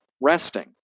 resting